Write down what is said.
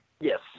Yes